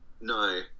no